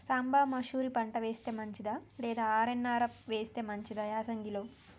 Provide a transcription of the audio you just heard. సాంబ మషూరి పంట వేస్తే మంచిదా లేదా ఆర్.ఎన్.ఆర్ వేస్తే మంచిదా యాసంగి లో?